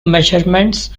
measurements